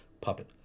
puppet